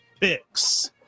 picks